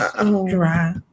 dry